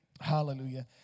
Hallelujah